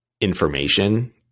information